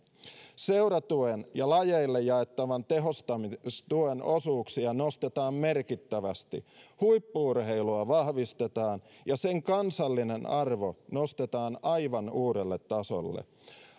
seuratuen ja lajeille jaettavan tehostamistuen osuuksia nostetaan merkittävästi huippu urheilua vahvistetaan ja sen kansallinen arvo nostetaan aivan uudelle tasolle